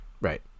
right